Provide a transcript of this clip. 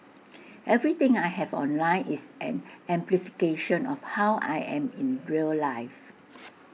everything I have online is an amplification of how I am in real life